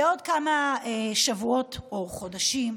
בעוד כמה שבועות או חודשים,